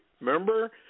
Remember